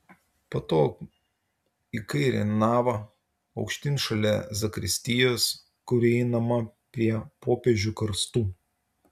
po to į kairę navą aukštyn šalia zakristijos kur įeinama prie popiežių karstų